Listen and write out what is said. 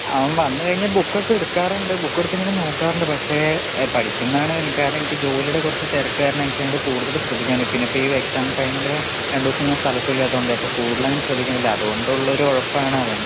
അവൻ വന്ന് കഴിഞ്ഞാൽ ബുക്കൊക്കെ എടുക്കാറുണ്ട് ബുക്ക് എടുത്തിങ്ങനെ നോക്കാറുണ്ട് പക്ഷേ എ പഠിക്കുന്നതാണോ എനിക്ക് കാരണം എനിക്ക് ജോലിയുടെ കുറച്ച് തിരക്ക് കാരണം എനിക്കങ്ങട് കൂടുതൽ ശ്രദ്ധിക്കാനില്ല പിന്നെയിപ്പം ഈ എക്സാം ടൈമില് രണ്ട് ദിവസം ഞാൻ സ്ഥലത്തും ഇല്ലാത്തോണ്ടെ അപ്പോൾ കൂടുതലങ്ങനെ ശ്രദ്ധിക്കാൻ പറ്റിയില്ല അതുകൊണ്ടൊള്ളൊരു ഉഴപ്പാണ് അവൻ